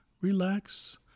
relax